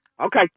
Okay